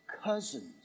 cousins